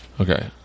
Okay